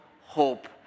hope